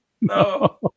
No